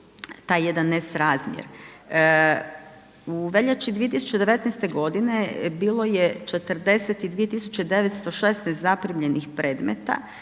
U veljači 2019. g. bilo je 42 916 zaprimljenih predmeta,